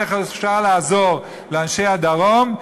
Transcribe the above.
איך אפשר לעזור לאנשי הדרום,